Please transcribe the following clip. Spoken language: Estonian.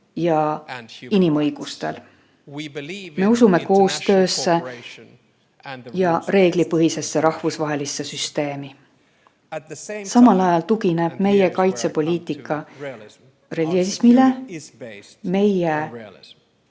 ja inimõigustel. Me usume koostöösse ja reeglipõhisesse rahvusvahelisse süsteemi. Samal ajal tugineb meie kaitsepoliitika realismile. Meie